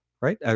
Right